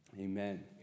Amen